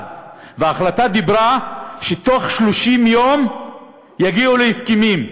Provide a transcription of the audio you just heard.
וההחלטה הייתה שבתוך 30 יום יגיעו להסכמים.